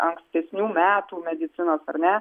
ankstesnių metų medicinos ar ne